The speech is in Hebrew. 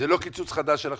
זה לא קיצוץ חדש של עכשיו?